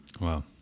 Wow